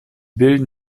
bilden